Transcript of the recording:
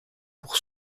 pour